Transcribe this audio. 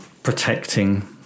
Protecting